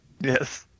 yes